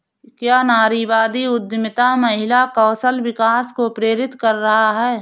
क्या नारीवादी उद्यमिता महिला कौशल विकास को प्रेरित कर रहा है?